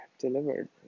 delivered